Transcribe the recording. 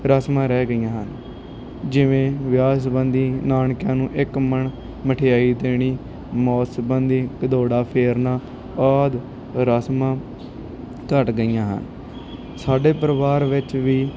ਰਸਮਾਂ ਰਹਿ ਗਈਆਂ ਹਨ ਜਿਵੇਂ ਵਿਆਹ ਸੰਬੰਧੀ ਨਾਨਕਿਆਂ ਨੂੰ ਇੱਕ ਮਣ ਮਠਿਆਈ ਦੇਣੀ ਮੌਤ ਸੰਬੰਧੀ ਭੀਧੋੜਾ ਫੇਰਨਾ ਆਦਿ ਰਸਮਾਂ ਘੱਟ ਗਈਆਂ ਹਨ ਸਾਡੇ ਪਰਿਵਾਰ ਵਿੱਚ ਵੀ